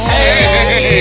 Hey